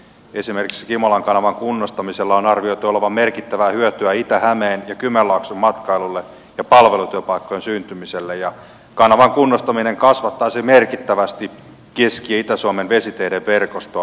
esimerkiksi kimolan kanavan kunnostamisella on arvioitu olevan merkittävää hyötyä itä hämeen ja kymenlaakson matkailulle ja palvelutyöpaikkojen syntymiselle ja kanavan kunnostaminen kasvattaisi merkittävästi keski ja itä suomen vesiteiden verkostoa